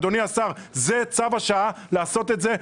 אדוני השר, זה צו השעה לעשות את זה.